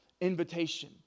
invitation